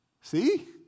See